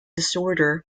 disorder